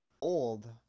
Old